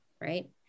Right